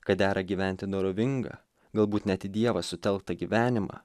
kad dera gyventi dorovingą galbūt net į dievą sutelktą gyvenimą